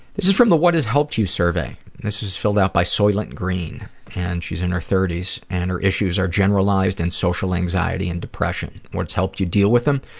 this is from the what has helped you? survey this is filled out by soilentgreen and she's in her thirties and her issues are generalized and social anxiety and depression. what has helped you deal with them?